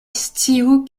sciu